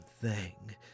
thing